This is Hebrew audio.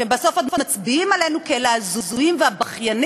ובסוף עוד מצביעים עלינו כעל ההזויים והבכיינים,